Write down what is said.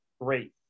great